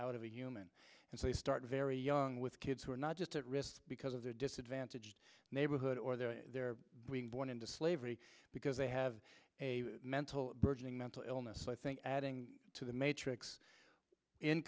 out of a human and so they start very young with kids who are not just at risk because of their disadvantaged neighborhood or their they're being born into slavery because they have a mental burgeoning mental illness i think adding to the matrix in